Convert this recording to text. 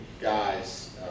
guys